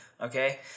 okay